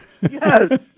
Yes